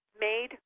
made